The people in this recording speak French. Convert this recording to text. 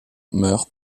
meurt